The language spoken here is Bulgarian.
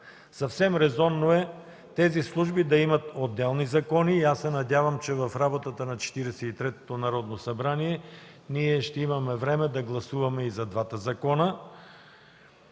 Съвсем резонно е тези служби да имат отделни закони и аз се надявам, че в работата на Четиридесет и третото Народно събрание ще имаме време да гласуваме и двата закона.